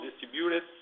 distributed